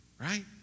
right